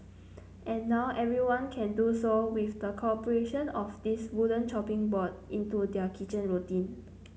and now everyone can do so with the corporation of this wooden chopping board into their kitchen routine